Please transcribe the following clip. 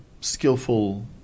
skillful